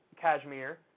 Kashmir